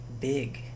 big